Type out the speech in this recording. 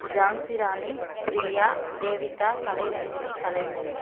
Jhansi Rani Priya Devika Kalairanjani Kalaimani